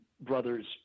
brothers